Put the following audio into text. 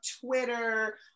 Twitter